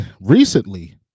recently